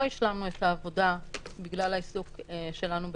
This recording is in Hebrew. לא השלמנו את העבודה בגלל העיסוק שלנו בקורונה,